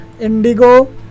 Indigo